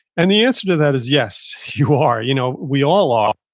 and the answer to that is yes, you are. you know we all are.